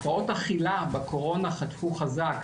הפרעות אכילה בקורונה חטפו חזק,